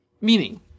Meaning